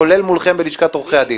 כולל מולכם בלשכת עורכי הדין?